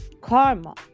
Karma